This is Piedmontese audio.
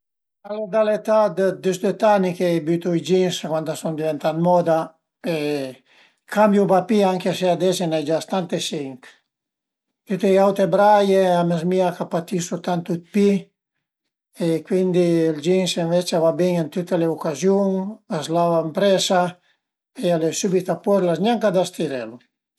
Al e da l'età dë disdöt ani che bütu i jeans cuand a sun diventà d'moda e cambiu pa pi anche se ades i ën ai gia stantesinc. Tüte la autre braie e a më zmìa ch'a patisu tant d'pi e cuindi ël jeans ënvece a va bin ën tüte le ucaziun, a s'lava ëmpresa e al e sübit a post, l'as gnanca da stirelu